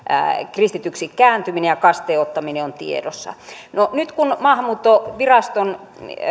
kristityksi kääntyminen ja kasteen ottaminen on tiedossa nyt kun maahanmuuttoviraston